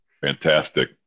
Fantastic